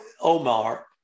Omar